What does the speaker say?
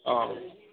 অঁ